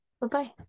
bye-bye